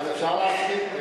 אז אפשר להתחיל.